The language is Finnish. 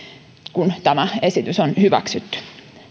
kun tämä esitys on hyväksytty